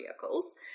vehicles